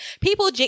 People